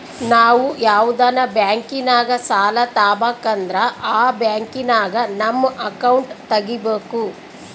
ನಾವು ಯಾವ್ದನ ಬ್ಯಾಂಕಿನಾಗ ಸಾಲ ತಾಬಕಂದ್ರ ಆ ಬ್ಯಾಂಕಿನಾಗ ನಮ್ ಅಕೌಂಟ್ ತಗಿಬಕು